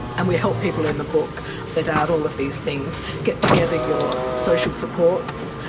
and we help people in the book set out all of these things, get together your social supports,